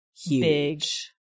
huge